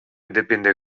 depinde